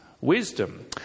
Wisdom